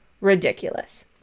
ridiculous